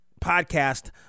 podcast